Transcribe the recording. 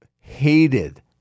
hated